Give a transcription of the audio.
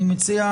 אני מציע